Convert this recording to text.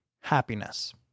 happiness